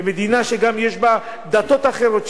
במדינה שגם יש בה דתות אחרות,